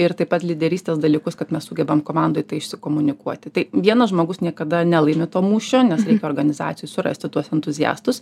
ir taip pat lyderystės dalykus kad mes sugebam komandoj tai iš komunikuoti tai vienas žmogus niekada nelaimi to mūšio nes organizacijų surasti tuos entuziastus